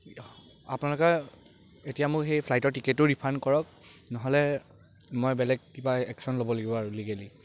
আপোনালোকে এতিয়া মোক সেই ফ্লাইটৰ টিকেটো ৰিফাণ্ড কৰক নহ'লে মই বেলেগ কিবা একচন ল'ব লাগিব আৰু লিগেলি